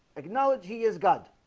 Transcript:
acknowledge. he is god